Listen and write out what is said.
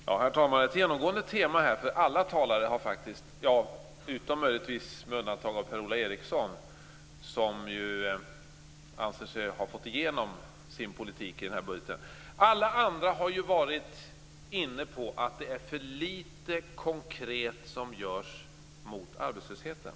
Herr talman! Ett genomgående tema för alla talare, med undantag möjligtvis för Per-Ola Eriksson som anser sig ha fått igenom sin politik i denna budget, är att det görs för litet konkret mot arbetslösheten.